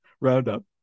roundup